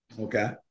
Okay